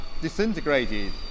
disintegrated